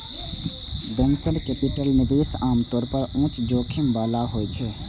venture capital निवेश आम तौर पर उच्च जोखिम बला होइ छै